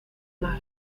mar